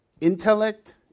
Intellect